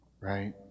right